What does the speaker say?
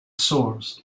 source